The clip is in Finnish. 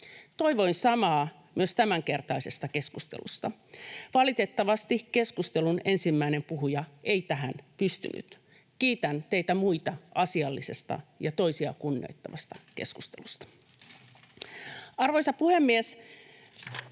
Toivoin samaa myös tämänkertaisesta keskustelusta. Valitettavasti keskustelun ensimmäinen puhuja ei tähän pystynyt. Kiitän teitä muita asiallisesta ja toisia kunnioittavasta keskustelusta. Arvoisa puhemies!